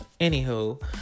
Anywho